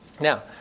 Now